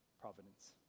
providence